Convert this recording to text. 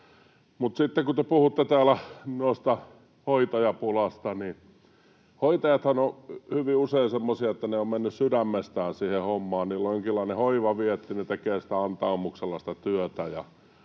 te puhutte täällä hoitajapulasta, niin hoitajathan ovat hyvin usein semmoisia, että he ovat menneet sydämestään siihen hommaan, heillä on jonkinlainen hoivavietti, he tekevät antaumuksella sitä työtä.